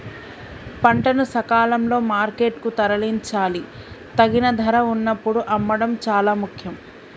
పంటను సకాలంలో మార్కెట్ కు తరలించాలి, తగిన ధర వున్నప్పుడు అమ్మడం చాలా ముఖ్యం